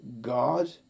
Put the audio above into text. God